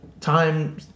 time